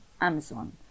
Amazon